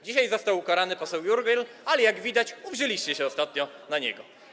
Dzisiaj został ukarany poseł Jurgiel, ale jak widać, uwzięliście się ostatnio na niego.